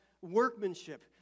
workmanship